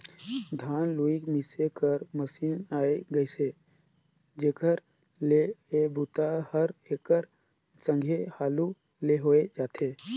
धान लूए मिसे कर मसीन आए गेइसे जेखर ले ए बूता हर एकर संघे हालू ले होए जाथे